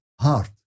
heart